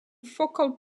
focal